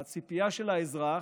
הציפייה של האזרח,